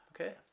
Okay